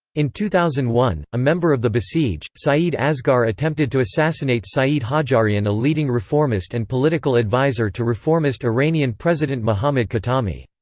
in two thousand and one, a member of the basij, saeed asgar attempted to assassinate saeed hajjarian a leading reformist and political advisor to reformist iranian president mohammad khatami.